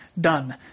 done